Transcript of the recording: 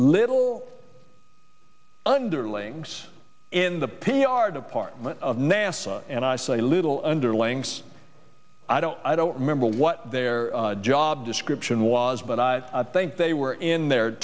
little underlings in the pay are the partment of nasa and i say little underlings i don't i don't remember what their job description was but i think they were in their